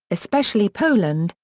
especially poland,